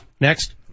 Next